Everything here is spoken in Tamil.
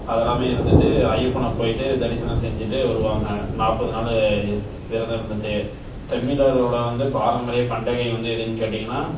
அதெல்லாமே இருந்துகிட்டு ஐயப்பனை போய்விட்டு தரிசனம் செஞ்சுட்டு வருவாங்க நாற்பது நாள் விரதம் இருந்துகிட்டு தமிழரோட வந்து பாரம்பரிய பண்டிகை வந்து எதுன்னு கேட்டிங்கன்னால்